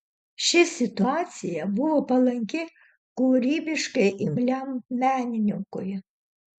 ši situacija buvo palanki kūrybiškai imliam menininkui